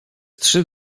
trzy